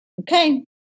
Okay